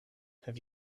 have